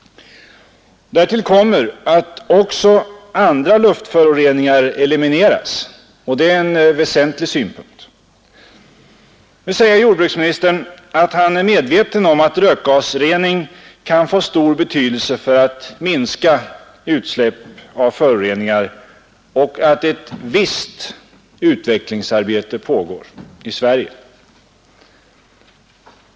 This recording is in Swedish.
Därtill kommer att också andra luftföroreningar elimineras, och det är en väsentlig synpunkt. Nu säger jordbruksministern att han är medveten om att rökgasrening kan få stor betydelse för att minska utsläpp av föroreningar och att ett visst utvecklingsarbete pågår i Sverige.